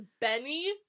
Benny